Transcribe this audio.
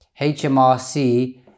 HMRC